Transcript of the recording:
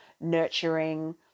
nurturing